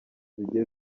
zigiye